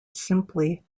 simply